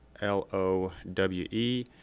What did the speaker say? l-o-w-e